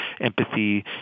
empathy